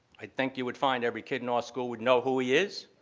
i think you would find every kid in our school would know who he is.